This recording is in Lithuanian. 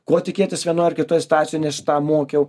ko tikėtis vienoj ar kitoj situacijoj nes aš tą mokiau